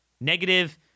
negative